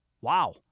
Wow